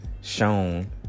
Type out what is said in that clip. shown